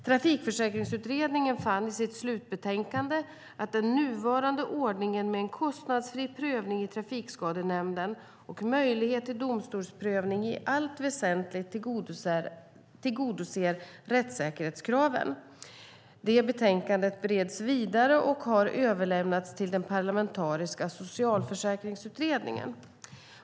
Trafikförsäkringsutredningen fann i sitt slutbetänkande att den nuvarande ordningen med en kostnadsfri prövning i Trafikskadenämnden och möjlighet till domstolsprövning i allt väsentligt tillgodoser rättssäkerhetskraven. Det betänkandet bereds vidare och har överlämnats till den parlamentariska socialförsäkringsutredningen.